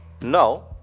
Now